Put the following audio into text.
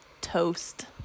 toast